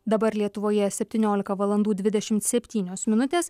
dabar lietuvoje septyniolika valandų dvidešim septynios minutės